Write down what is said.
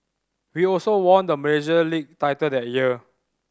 we also won the Malaysia League title that year